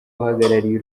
uhagarariye